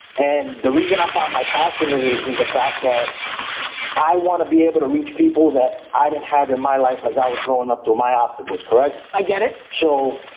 and the reason i find my passion is in the fact that i want to be able to reach people that i didn't have in my life, because i was growing up through my obstacles. correct? i get it. so